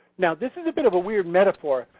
now this is a bit of a weird metaphor,